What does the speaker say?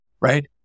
right